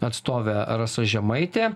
atstovė rasa žemaitė